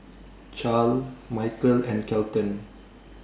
Charle Mykel and Kelton